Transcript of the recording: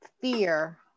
fear